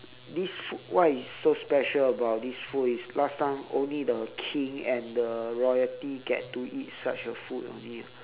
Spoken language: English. this food what is so special about this food is last time only the king and the royalty get to eat such a food only ah